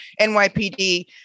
NYPD